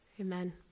Amen